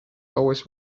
always